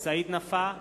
סעיד נפאע,